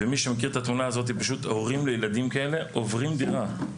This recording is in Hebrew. מי שמכיר את התמונה הזאת הורים לילדים כאלה עוברים דירה,